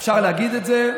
אפשר להגיד את זה,